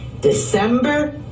December